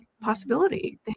possibility